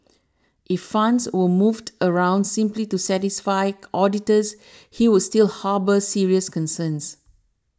if funds were moved around simply to satisfy auditors he would still harbour serious concerns